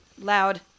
Loud